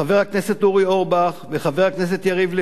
חבר הכנסת אורי אורבך וחבר הכנסת יריב לוין,